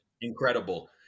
incredible